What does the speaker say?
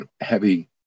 heavy